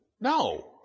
No